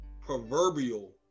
proverbial